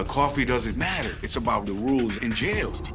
ah coffee doesn't matter. it's about the rules in jail.